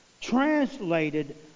translated